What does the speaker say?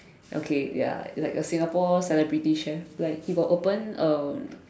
okay ya like a Singapore celebrity chef like he got open a